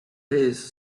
piece